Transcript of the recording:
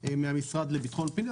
מהמשרד לביטחון פנים,